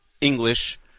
English